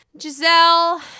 Giselle